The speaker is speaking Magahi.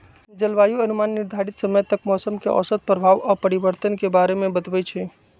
जलवायु अनुमान निर्धारित समय तक मौसम के औसत प्रभाव आऽ परिवर्तन के बारे में बतबइ छइ